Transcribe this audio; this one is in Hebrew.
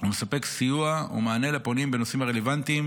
ומספק סיוע ומענה לפונים בנושאים הרלוונטיים